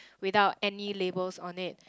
without any labels on it